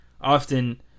often